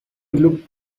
look